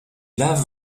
laves